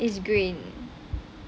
it's green